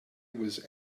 was